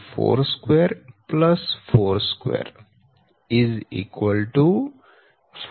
42 42 5